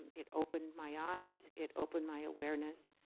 it opened my eyes. it opened my awareness.